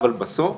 אבל בסוף